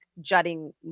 jutting